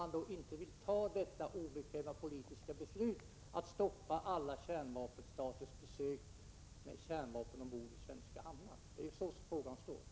Ni vill inte fatta det obekväma politiska beslutet att stoppa alla kärnvapenstaters besök med kärnvapenbestyckade fartyg i svenska hamnar. Det är ju det frågan gäller.